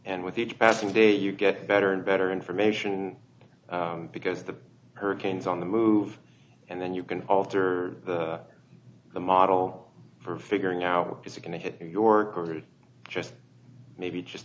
and with each passing day you get better and better information because of the hurricanes on the move and then you can alter the the model for figuring out how it's going to hit new york city just maybe just